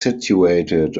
situated